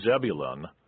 Zebulun